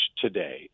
today